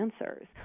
answers